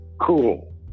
Cool